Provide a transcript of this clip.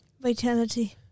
Vitality